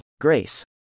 Grace